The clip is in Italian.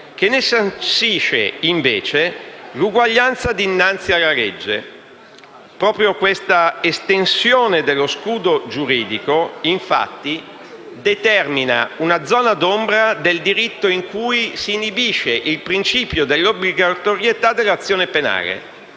che sancisce, invece, l'uguaglianza dinanzi alla legge. Proprio questa estensione dello scudo giuridico, infatti, determina una zona d'ombra del diritto, in cui si inibisce il principio dell'obbligatorietà dell'azione penale